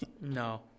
No